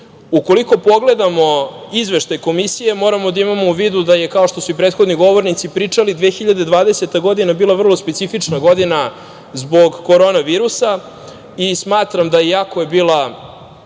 nudi. Ukoliko pogledamo izveštaj Komisije, moramo da imamo u vidu da je, kao što su i prethodni govornici pričali 2020. godina bila vrlo specifična godina zbog Korona virusa i smatram da i ako je bila